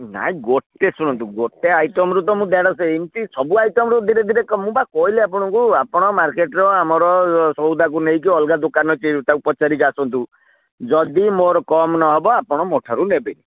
ନାହିଁ ଗୋଟେ ଶୁଣନ୍ତୁ ଗୋଟେ ଆଇଟମ୍ରୁ ତ ମୁଁ ଦେଢ଼ଶହ ଏମିତି ସବୁ ଆଇଟମ୍ରୁ ଧୀରେ ଧୀରେ ମୁଁ ବା କହିଲି ଆପଣଙ୍କୁ ଆପଣ ମାର୍କେଟର ଆମର ସଉଦାକୁ ନେଇକି ଅଲଗା ଦୋକାନ କି ତାକୁ ପଚାରିକି ଆସନ୍ତୁ ଯଦି ମୋର କମ୍ ନହେବ ଆପଣ ମୋ ଠାରୁ ନେବେ